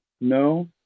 no